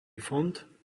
fond